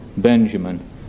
Benjamin